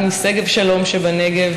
משגב שלום שבנגב,